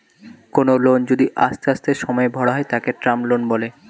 কোনো লোন যদি আস্তে আস্তে সময়ে ভরা হয় তাকে টার্ম লোন বলে